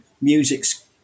music's